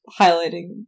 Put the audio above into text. highlighting